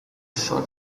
short